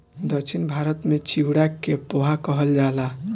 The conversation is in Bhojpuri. दक्षिण भारत में चिवड़ा के पोहा कहल जाला